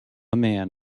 man